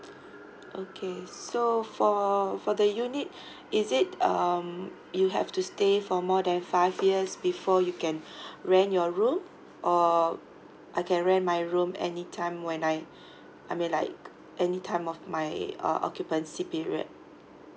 okay so for for the unit is it um you have to stay for more than five years before you can rent your room or I can rent my room anytime when I I mean like any time of my err occupancy period